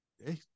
Hey